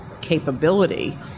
capability